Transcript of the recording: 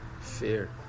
Fear